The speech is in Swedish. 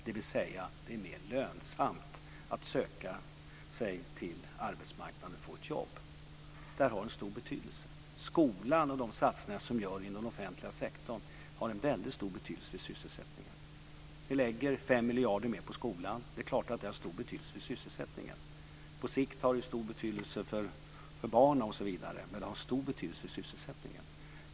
Det är alltså mer lönsamt att söka sig till arbetsmarknaden och få ett jobb. Det har stor betydelse. Skolan och de satsningar som görs inom den offentliga sektorn har väldigt stor betydelse för sysselsättningen. Vi lägger 5 miljarder mer på skolan. Det är klart att det har stor betydelse för sysselsättningen. På sikt har det stor betydelse för barnen, men det har stor betydelse för sysselsättningen.